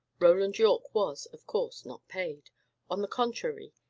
roland yorke was, of course, not paid on the contrary,